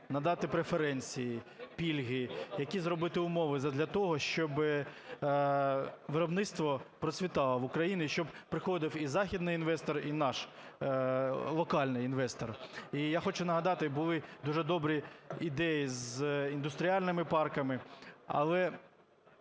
надати преференції, пільги, які зробити умови задля того, щоб виробництво процвітало в Україні, щоб приходив і західний інвестор, і наш, локальний інвестор. І я хочу нагадати, були дуже добрі ідеї з індустріальними парками, але